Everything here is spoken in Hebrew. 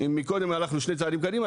אם מקודם הלכנו שני צעדים קדימה,